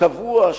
הקבוע,